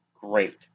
great